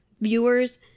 viewers